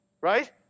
right